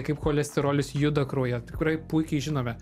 kaip cholesterolis juda kraujyje tikrai puikiai žinome